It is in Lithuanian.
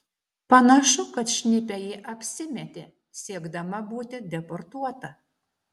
panašu kad šnipe ji apsimetė siekdama būti deportuota